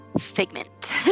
Figment